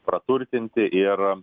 praturtinti ir